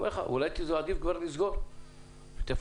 אומרים שאולי עדיף כבר לסגור ולפצות.